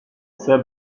ces